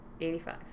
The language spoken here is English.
85